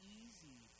easy